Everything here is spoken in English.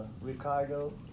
Ricardo